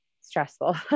stressful